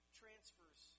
transfers